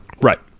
Right